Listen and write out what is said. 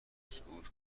صعود